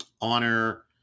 honor